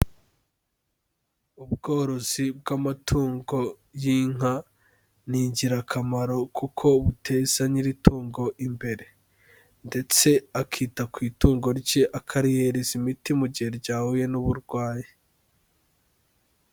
Ubworozi bw'amatungo y'inka, ni ingirakamaro kuko buteza nyiri itungo imbere, ndetse akita ku itungo rye akarihereza imiti mu gihe ryahuye n'uburwayi.